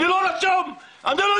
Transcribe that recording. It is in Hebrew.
אני לא חי בישראל?